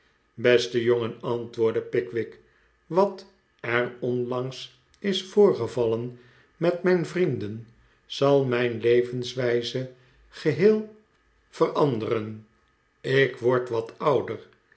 beste jonen antwoordde pickwick wat er onlangs is voorgevallen met mijn vrienden zal mijn levenswijze geheel veranderen ik word wat ouder